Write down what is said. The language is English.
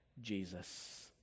Jesus